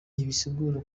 ntibisigura